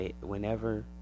whenever